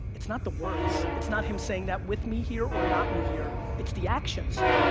it's not the words, it's not him saying that with me here or not me here, it's the actions.